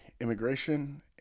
immigration